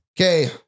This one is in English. Okay